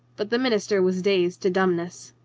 but the minister was dazed to dumbness.